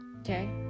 okay